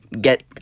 get